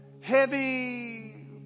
heavy